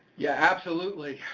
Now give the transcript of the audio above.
yeah, absolutely.